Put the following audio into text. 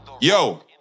Yo